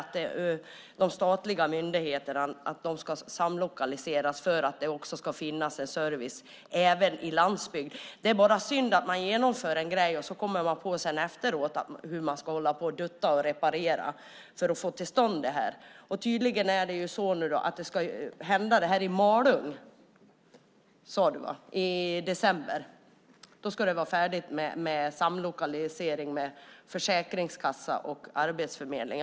Att de statliga myndigheterna samlokaliseras för att det ska finnas möjligheter till service även på landsbygden är bra. Det är bara synd att när något genomförs kommer man först efteråt på att man måste dutta och reparera för att få till stånd genomförandet. Tydligen ska en samlokalisering av Försäkringskassan och Arbetsförmedlingen nu ske i Malung. Den ska vara färdig i december.